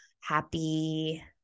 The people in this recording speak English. happy